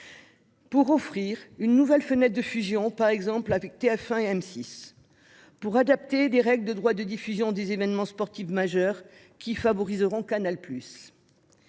pour offrir une nouvelle fenêtre de fusion entre TF1 et M6 et pour adapter les règles de droits de diffusion des événements sportifs majeurs, qui favorisent Canal+.